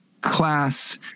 Class